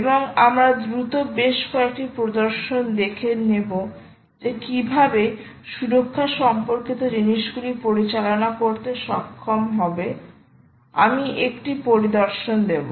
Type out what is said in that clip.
এবং আমরা দ্রুত বেশ কয়েকটি প্রদর্শন দেখে নেব যে কিভাবে সুরক্ষা সম্পর্কিত জিনিসগুলি পরিচালনা করতে সক্ষম হব আমি একটি পরিদর্শন দেব